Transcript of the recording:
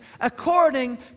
according